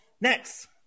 Next